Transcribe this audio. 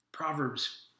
Proverbs